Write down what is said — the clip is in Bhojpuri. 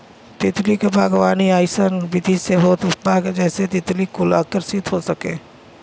तितली क बागवानी अइसन विधि से होत बा जेसे तितली कुल आकर्षित हो सके